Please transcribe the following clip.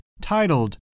titled